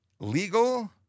Legal